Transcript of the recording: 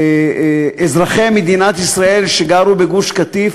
אזרחי מדינת ישראל שגרו בגוש-קטיף